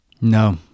No